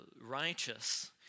righteous